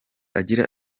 agira